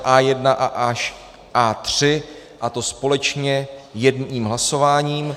A1 až A3, a to společně jedním hlasováním.